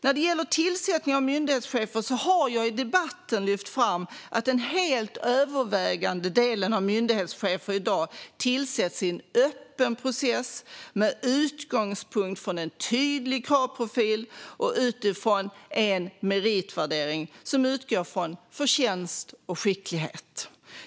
När det gäller tillsättningen av myndighetschefer har jag i debatten lyft fram att den helt övervägande delen av myndighetschefer i dag tillsätts i en öppen process med utgångspunkt i en tydlig kravprofil och utifrån en meritvärdering som utgår från förtjänst och skicklighet.